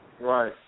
Right